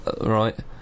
right